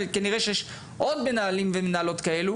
אבל כנראה שיש עוד מנהלים ומנהלות כאלו